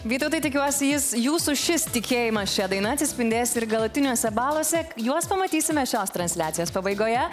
vytautai tikiuosi jis jūsų šis tikėjimas šia daina atsispindės ir galutiniuose balose juos pamatysime šios transliacijos pabaigoje